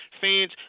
fans